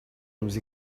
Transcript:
nous